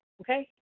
Okay